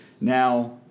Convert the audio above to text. Now